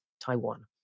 Taiwan